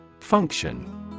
Function